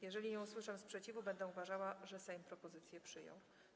Jeżeli nie usłyszę sprzeciwu, będę uważała, że Sejm propozycję przyjął.